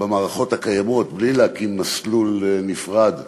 במערכות הקיימות, בלי להקים מסלול נפרד,